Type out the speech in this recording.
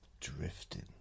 drifting